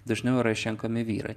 dažniau yra išrenkami vyrai